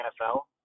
NFL